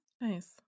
Nice